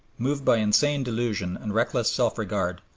moved by insane delusion and reckless self-regard,